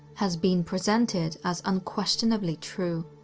has been presented as unquestionably true.